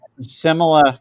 similar